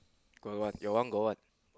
got what your one got what